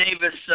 Davis